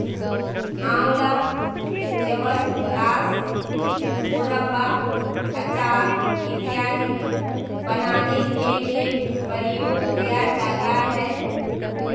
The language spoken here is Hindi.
आंवला च्यवनप्राश, मुरब्बा, अचार इत्यादि बनाने के लिए प्रयोग किया जाता है